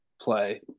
play